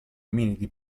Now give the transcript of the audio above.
ominidi